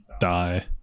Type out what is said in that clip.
die